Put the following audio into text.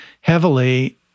heavily